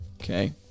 okay